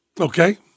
okay